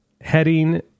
heading